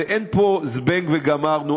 אין פה "זבנג וגמרנו",